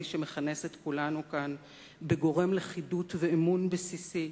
שמכנס את כולנו כאן וגורם לכידות ואמון בסיסי.